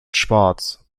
schwarz